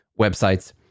websites